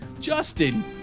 Justin